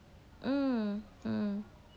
hmm